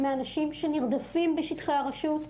מאנשים שנרדפים בשטחי הרשות,